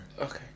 Okay